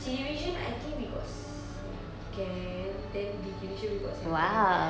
C division I think we got second then B division we got second